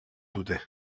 dute